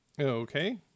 Okay